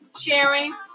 sharing